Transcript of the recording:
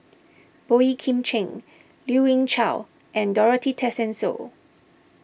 Boey Kim Cheng Lien Ying Chow and Dorothy Tessensohn